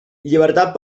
llibertat